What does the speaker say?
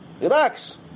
Relax